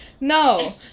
no